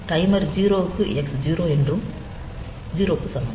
டைமருக்கு 0 க்கு x 0 க்கு சமம்